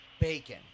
bacon